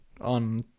on